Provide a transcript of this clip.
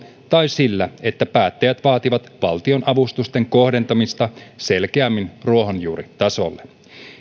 tai sillä että päättäjät vaativat valtion avustusten kohdentamista selkeämmin ruohonjuuritasolle